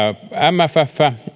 mff